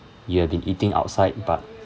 you have been eating outside but